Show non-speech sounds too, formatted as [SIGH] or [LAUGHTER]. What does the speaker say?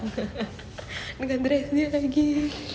[LAUGHS] dengan dress dia lagi